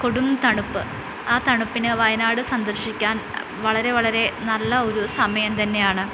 കൊടും തണുപ്പ് ആ തണുപ്പിന് വയനാട് സന്ദർശിക്കാൻ വളരെ വളരെ നല്ല ഒരു സമയംതന്നെയാണ്